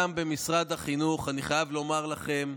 גם במשרד החינוך, אני חייב לומר לכם,